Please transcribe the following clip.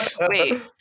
Wait